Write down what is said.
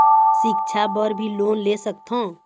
सिक्छा बर भी लोन ले सकथों?